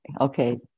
Okay